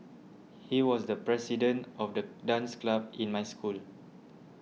he was the president of the dance club in my school